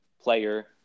player